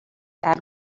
add